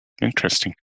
Interesting